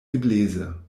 gebläse